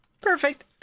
Perfect